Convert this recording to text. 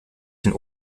den